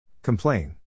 Complain